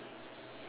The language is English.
alright sure